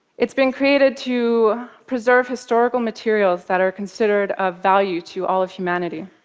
it's been created to preserve historical materials that are considered of value to all of humanity.